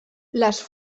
les